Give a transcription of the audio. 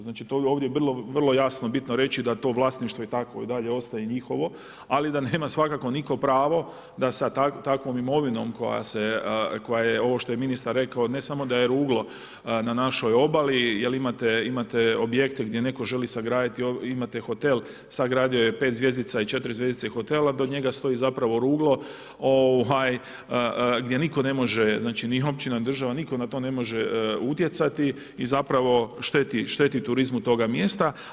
Znači to je ovdje vrlo jasno, bitno reći, da to vlasništvo itd. ostaje njihovo, ali da nema svakako nitko pravo, da sa takvom imovinom, koja se, koja je ovo što je ministar rekao, ne samo da je ruglo na našoj obali, jer imate objekte gdje netko želi sagraditi imate hotel, sagradio je 5 zvjezdica i 4 zvjezdice hotela, do njega stoji ruglo gdje nitko ne može, znači ni općina, država nitko na to ne može utjecati i zapravo šteti turizmu toga mjesta.